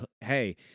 Hey